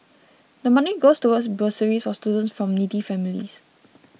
the money goes towards bursaries for students from needy families